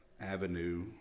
avenue